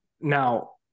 Now